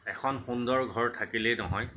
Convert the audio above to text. এখন সুন্দৰ ঘৰ থাকিলেই নহয়